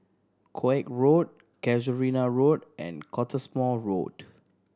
Koek Road Casuarina Road and Cottesmore Road